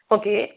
okay